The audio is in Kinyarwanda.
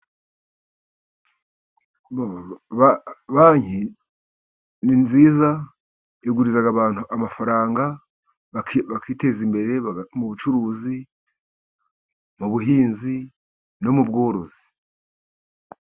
Banki ni nziza, iguriza abantu amafaranga bakiteza imbere mu bucuruzi, mu buhinzi, no mu bworozi.